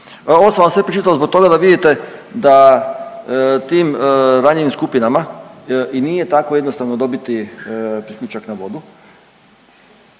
Ovo sam vam sve pročito zbog toga da vidite da tim ranjivim skupinama i nije tako jednostavno dobiti priključak na vodu,